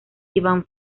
ivan